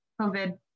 COVID